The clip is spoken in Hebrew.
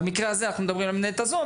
במקרה הזה אנחנו מדברים על המנהלת הזו,